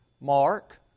mark